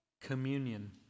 communion